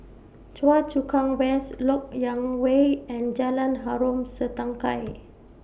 Choa Chu Kang West Lok Yang Way and Jalan Harom Setangkai